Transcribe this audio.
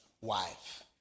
wife